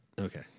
okay